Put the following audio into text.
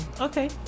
okay